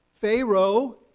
Pharaoh